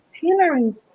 tailoring